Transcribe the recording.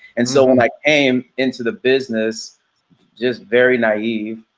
and so when i came into the business just very naive,